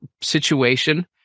situation